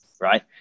right